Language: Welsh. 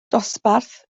dosbarth